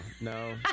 no